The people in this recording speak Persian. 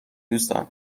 دوستان